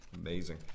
Amazing